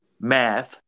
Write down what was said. math